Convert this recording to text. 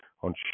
on